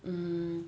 mm